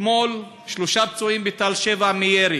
שלושה פצועים בתל-שבע מירי,